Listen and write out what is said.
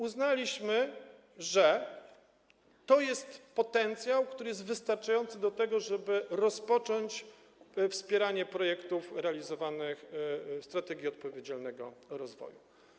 Uznaliśmy, że to jest potencjał, który jest wystarczający do tego, żeby rozpocząć wspieranie projektów realizowanych w ramach strategii odpowiedzialnego rozwoju.